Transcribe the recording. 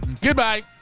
Goodbye